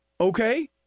Okay